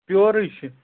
پیوٚرٕے چھُ